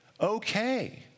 okay